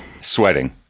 sweating